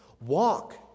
Walk